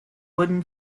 wooden